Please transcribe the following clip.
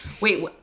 Wait